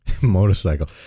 Motorcycle